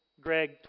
Greg